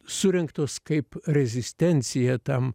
surengtos kaip rezistencija tam